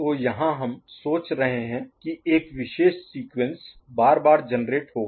तो यहां हम सोच रहे हैं कि एक विशेष सीक्वेंस बार बार जेनेरेट होगा